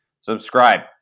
Subscribe